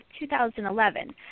2011